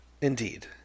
Indeed